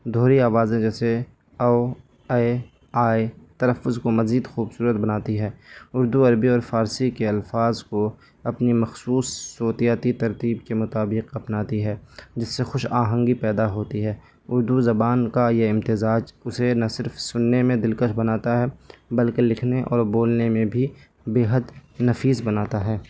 دوہری آوازیں جیسے او اے آئے تلفظ کو مزید خوبصورت بناتی ہے اردو عربی اور فارسی کے الفاظ کو اپنی مخصوص صوتیاتی ترتیب کے مطابق اپناتی ہے جس سے خوش آہنگی پیدا ہوتی ہے اردو زبان کا یہ امتزاج اسے نہ صرف سننے میں دلکش بناتا ہے بلکہ لکھنے اور بولنے میں بھی بےحد نفیذ بناتا ہے